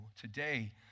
today